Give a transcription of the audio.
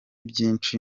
byinshi